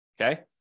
Okay